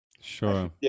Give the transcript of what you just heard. Sure